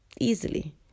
Easily